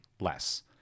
less